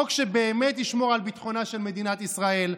חוק שבאמת ישמור על ביטחונה של מדינת ישראל.